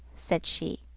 said she,